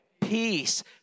peace